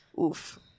Oof